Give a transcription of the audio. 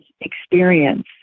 experience